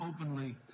openly